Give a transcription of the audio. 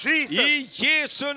Jesus